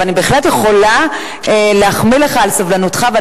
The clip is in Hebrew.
אבל אני בהחלט יכולה להחמיא לך על סבלנותך ועל